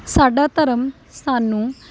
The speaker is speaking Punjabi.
ਸਾਡਾ ਧਰਮ ਸਾਨੂੰ